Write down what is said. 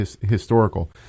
historical